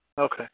Okay